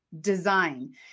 design